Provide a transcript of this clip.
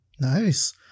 Nice